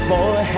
boy